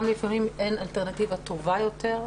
גם לפעמים אין אלטרנטיבה טובה יותר,